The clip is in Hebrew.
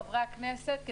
חברי הכנסת,